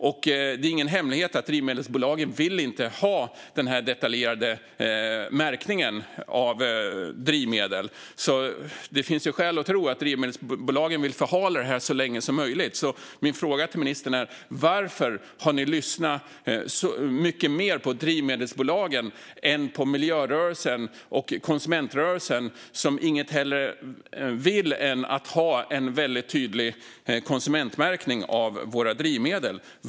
Och det är ingen hemlighet att drivmedelsbolagen inte vill ha denna detaljerade märkning av drivmedel, så det finns skäl att tro att drivmedelsbolagen vill förhala införandet så länge som möjligt. Min fråga till ministern är: Varför har ni lyssnat mycket mer på drivmedelsbolagen än på miljörörelsen och konsumentrörelsen, som inget hellre vill än att ha en väldigt tydlig konsumentmärkning av våra drivmedel?